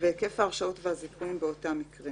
והיקף ההרשעות והזיכויים באותם מקרים